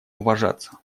уважаться